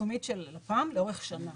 הפרסומית של לפ"מ לאורך שנה.